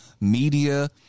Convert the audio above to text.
media